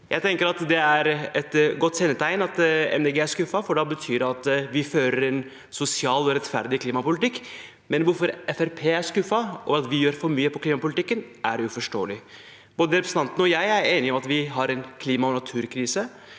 Jeg tenker det er et godt kjennetegn at Miljøpartiet De Grønne er skuffet, for da betyr det at vi fører en sosial og rettferdig klimapolitikk, men at Fremskrittspartiet er skuffet over at vi gjør for mye i klimapolitikken, er uforståelig. Både representanten og jeg er enige om at vi har en klima- og naturkrise.